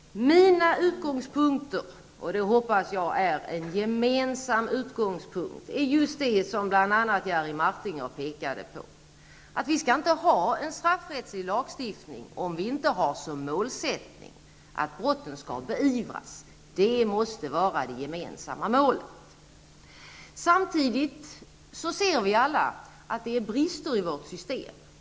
Min utgångspunkt, som jag hoppas är gemensam, är bl.a. detta som Jerry Martinger pekade på. Vi skall inte ha en straffrättslig lagstiftning om inte målsättningen är att brotten skall beivras. Det måste vara det gemensamma målet. Samtidigt ser vi alla att det finns brister i vårt system.